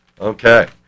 Okay